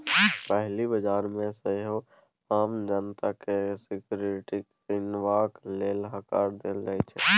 पहिल बजार मे सेहो आम जनता केँ सिक्युरिटी कीनबाक लेल हकार देल जाइ छै